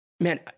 man